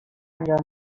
انجام